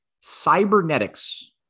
cybernetics